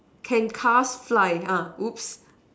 can cars fly uh whoops